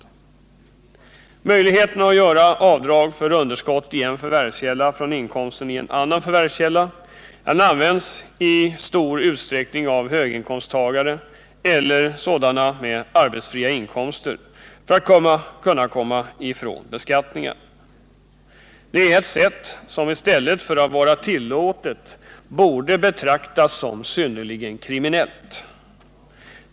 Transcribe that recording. Möjligheten att göra avdrag för underskott i en förvärvskälla från inkomsten i en annan förvärvskälla används i stor utsträckning av höginkomsttagare eller personer med arbetsfria inkomster för att kunna komma ifrån beskattning. Det är ett sätt som i stället för att vara tillåtet borde betraktas som synnerligen kriminellt.